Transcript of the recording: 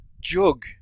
jug